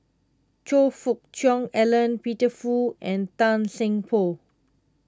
Choe Fook Cheong Alan Peter Fu and Tan Seng Poh